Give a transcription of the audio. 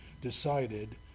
decided